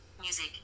Music